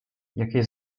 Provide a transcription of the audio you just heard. jakie